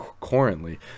currently